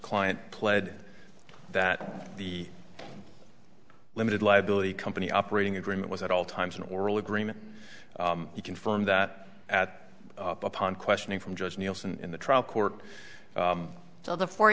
client pled that the limited liability company operating agreement was at all times an oral agreement he confirmed that at upon questioning from judge nielsen in the trial court so the four